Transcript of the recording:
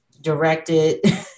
directed